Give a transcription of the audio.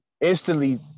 instantly